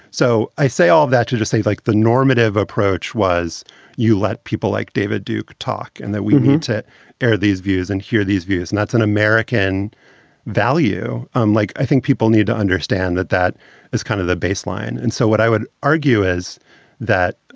so i say all of that, too, to say like the normative approach was you let people like david duke talk and that we need to air these views and hear these views. and that's an american value. unlike, i think people need to understand that that is kind of the baseline. and so what i would argue is that,